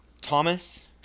Thomas